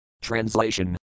Translation